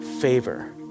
favor